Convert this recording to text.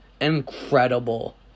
Incredible